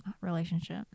relationship